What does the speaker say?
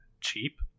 cheap